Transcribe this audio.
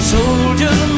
Soldiers